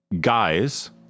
guys